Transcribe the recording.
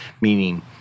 meaning